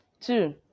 Two